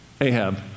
Ahab